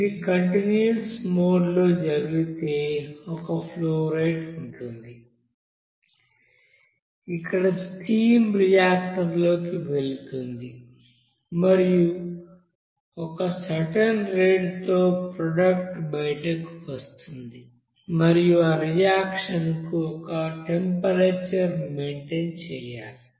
ఇది కంటీన్యూస్ మోడ్లో జరిగితే ఒక ఫ్లో రేట్ ఉంటుంది అక్కడ స్ట్రీమ్ రియాక్టర్లోకి వెళుతుంది మరియు ఒక సర్టెన్ రేటు తో ప్రోడక్ట్ బయటకు వస్తుంది మరియు ఆ రియాక్షన్ కు ఒక టెంపరేచర్ మైంటైన్ చేయాలి